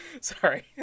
Sorry